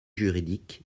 juridique